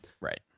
Right